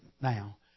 now